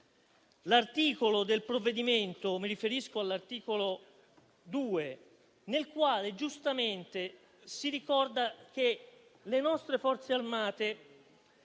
articolo del provvedimento. Mi riferisco all'articolo 2, nel quale giustamente si ricorda che le nostre Forze armate